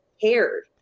cared